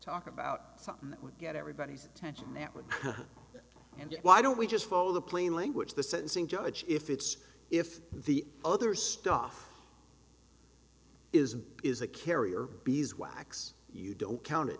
talk about something that would get everybody's attention that way and why don't we just follow the plain language the sentencing judge if it's if the other stuff ism is a carrier bees wax you don't count it